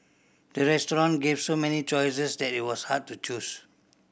the restaurant gave so many choices that it was hard to choose